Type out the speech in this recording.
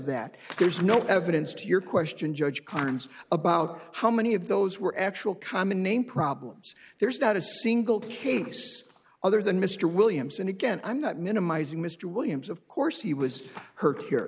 that there's no evidence to your question judge carnes about how many of those were actual common name problems there's not a single case other than mr williams and again i'm not minimizing mr williams of course he was hurt here